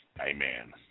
amen